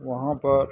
वहाँपर